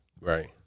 Right